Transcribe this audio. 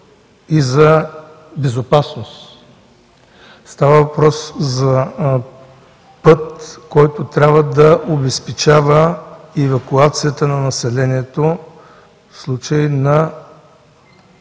и за безопасност. Става въпрос за път, който трябва да обезпечава евакуацията на населението в случай на